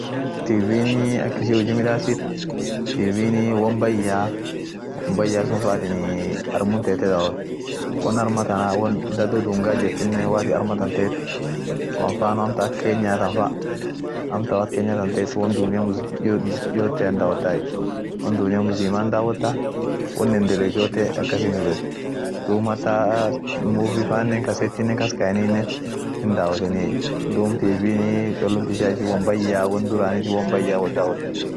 Simunii ak in huji midaaas. simunii wolin haasoatiai, muhimu isan gudion wolin haasoatiai. inama siimu wot daati inama gagarbaya jir, inama dado bayaa gagarjir tatae wolin ihasoai. Aminen hali wol bareten duum aminen simu amtananinii akum TV won wolba kasum dagarta ,won baya won dunia kan endeleet yoye hindagartai, amo muhimu isan wolin dubeno inama gagarbaya jir wolin dubeno